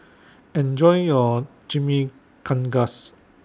Enjoy your Chimichangas